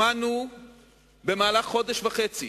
שמענו במהלך חודש וחצי